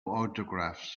autographs